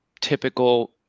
typical